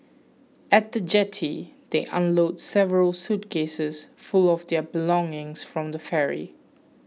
at the jetty they unload several suitcases full of their belongings from the ferry